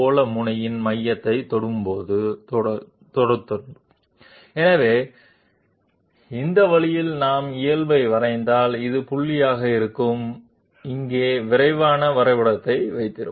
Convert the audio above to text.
So that way if I have this point as the cutter contact point I can draw the normal I can move by the radius I can say this is the centre of the spherical end of the cutter this is the cutter position that is it so I can draw the cutter uniquely once I have defined the position of some constant point on the cutter